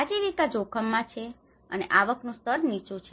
આજીવિકા જોખમમાં છે અને આવકનું સ્તર નીચું છે